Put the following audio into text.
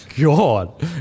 God